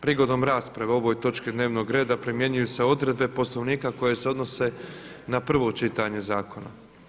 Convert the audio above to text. Prigodom rasprave o ovoj točki dnevnog reda primjenjuju se odredbe Poslovnika koje se odnose na prvo čitanje zakona.